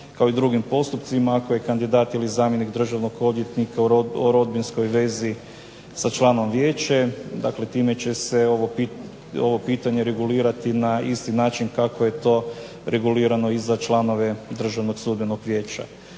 kao i drugim postupcima ako je kandidat ili zamjenik državnog odvjetnika u rodbinskoj vezi sa članom vijeća, dakle time će se ovo pitanje regulirati na način kako je to regulirano i za članove Državnog sudbenog vijeća.